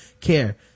care